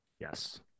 Yes